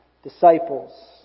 disciples